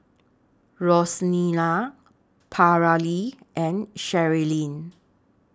Rosina Paralee and Cherilyn